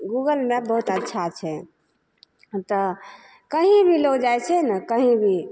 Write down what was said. Google map बहुत अच्छा छै हम तऽ कहीँ भी लोक जाइ छै ने कहीँ भी